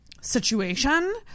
situation